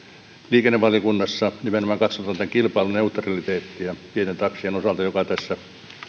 liikennevaliokunnassa nimenomaan katsotaan tämän kilpailun neutraliteettia pienten taksien osalta joka tässä